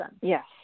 Yes